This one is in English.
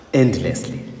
endlessly